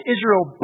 Israel